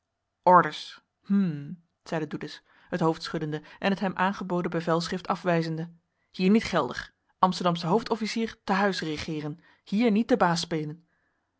ik orders hm zeide doedes het hoofd schuddende en het hem aangeboden bevelschrift afwijzende hier niet geldig amsterdamsche hoofd-officier te huis regeeren hier niet den baas spelen